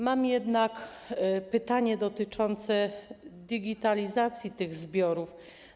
Mam jednak pytanie dotyczące digitalizacji tych zbiorów: